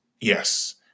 yes